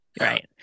Right